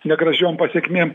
negražiom pasekmėm